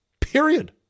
period